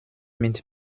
mit